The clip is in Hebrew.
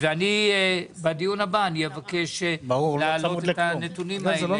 בדיון הבא אני אבקש להעלות את הנתונים האלה.